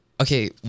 okay